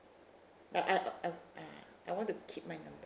no I I uh I want to keep my number